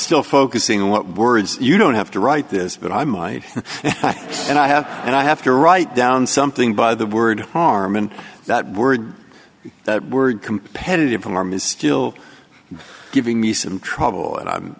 still focusing on what words you don't have to write this but i might and i have and i have to write down something by the word harm and that word that word competitive alarm is still giving me some trouble and